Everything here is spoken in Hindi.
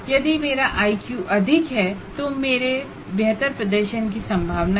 यदि मेरा IQ अधिक है तो मेरे बेहतर प्रदर्शन की संभावना है